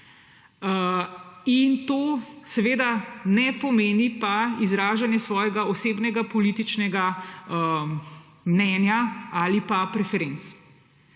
To pa seveda ne pomeni izražanja svojega osebnega političnega mnenja ali pa preferenc.